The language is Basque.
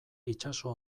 itsaso